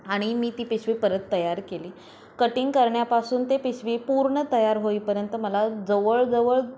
आणि मी ती पिशवी परत तयार केली कटिंग करण्यापासून ते पिशवी पूर्ण तयार होईपर्यंत मला जवळजवळ